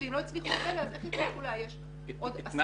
ואם לא הצליחו את אלה אז איך יצליחו לאייש עוד עשרות תקנים?